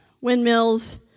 windmills